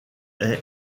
est